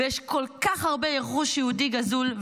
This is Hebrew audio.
ויש כל כך הרבה רכוש יהודי גזול,